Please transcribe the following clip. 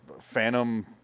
phantom